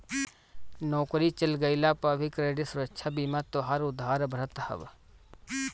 नोकरी चल गइला पअ भी क्रेडिट सुरक्षा बीमा तोहार उधार भरत हअ